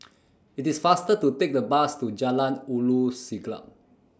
IT IS faster to Take The Bus to Jalan Ulu Siglap